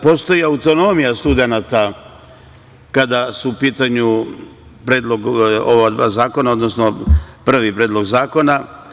Postoji autonomija studenata kada su u pitanju ova dva zakona, odnosno prvi predlog zakona.